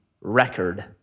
record